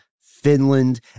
Finland